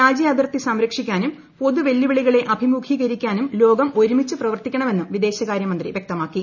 രാജ്യാതിർത്തി സംരക്ഷിക്കാനും പൊതു വെല്ലുവിളികളെ അഭിമുഖീകരിക്കാനും ലോകം ഒരുമിച്ച് പ്രവർത്തിക്കണമെന്നും വിദേശകാരൃ മന്ത്രി വൃക്തമാക്കി